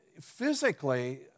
physically